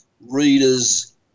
readers